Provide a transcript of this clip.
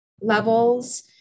levels